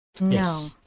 No